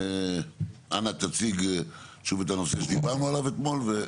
אנא תציג שוב את הנושא שדיברנו עליו אתמול.